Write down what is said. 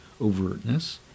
overtness